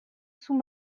sous